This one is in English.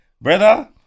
brother